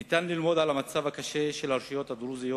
ניתן ללמוד על המצב הקשה של הרשויות הדרוזיות